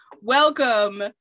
Welcome